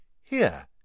Here